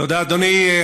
תודה, אדוני.